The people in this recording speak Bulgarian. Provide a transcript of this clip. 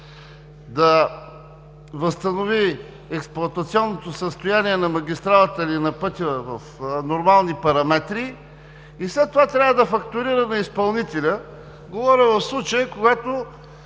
да възстанови експлоатационното състояние на магистралата или на пътя в нормални параметри и след това трябва да фактурираме изпълнителя. Говоря в случая, когато